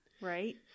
Right